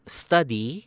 study